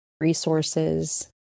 resources